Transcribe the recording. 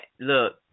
Look